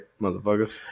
motherfuckers